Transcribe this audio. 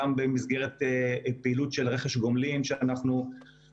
גם במסגרת פעילות של רכש גומלין שאנחנו